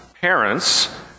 parents